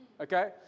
Okay